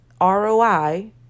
ROI